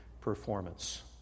performance